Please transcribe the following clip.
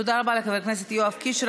תודה רבה לחבר הכנסת יואב קיש.